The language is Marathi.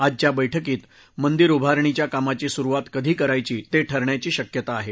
आजच्या बैठकीत मंदिर उभारणीच्या कामाची सुरुवात कधी करायची ते ठरण्याची शक्यता आहे